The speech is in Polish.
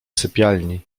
sypialni